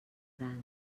grans